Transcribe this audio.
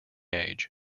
age